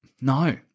No